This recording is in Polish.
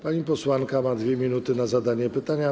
Pani posłanka ma 2 minuty na zadanie pytania.